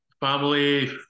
family